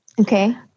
Okay